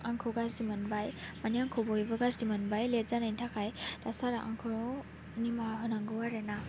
आंखौ गाज्रि मोनबाय माने आंखौ बयबो गाज्रि मोनबाय लेट जानायनि थाखाय दा सारआ आंखौ निमाहा होनांगौ आरो ना